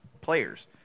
players